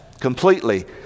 completely